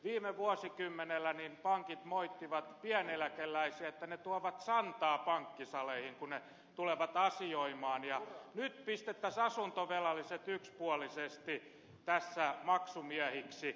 viime vuosikymmenellä pankit moittivat pieneläkeläisiä että ne tuovat santaa pankkisaleihin kun ne tulevat asioimaan ja nyt pistettäisiin asuntovelalliset yksipuolisesti tässä maksumiehiksi